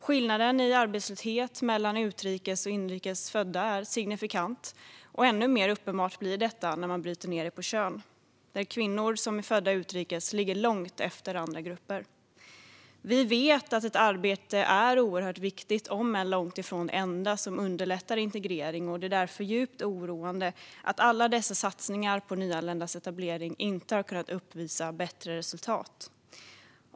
Skillnaden i arbetslöshet mellan utrikes och inrikes födda är signifikant. Ännu mer uppenbart blir det när man bryter ned det utifrån kön. Utrikes födda kvinnor ligger långt efter andra grupper. Vi vet att ett arbete är oerhört viktigt, om än långt ifrån det enda som underlättar för integrering. Det är därför djupt oroande att alla dessa satsningar på nyanländas etablering inte har kunnat leda till bättre resultat.